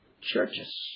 churches